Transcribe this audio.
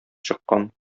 чыккан